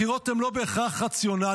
בחירות הן לא בהכרח רציונליות.